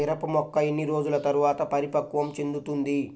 మిరప మొక్క ఎన్ని రోజుల తర్వాత పరిపక్వం చెందుతుంది?